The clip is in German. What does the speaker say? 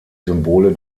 symbole